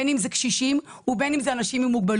בין אם זה קשישים ובין אם זה אנשים עם מוגבלות,